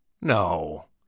No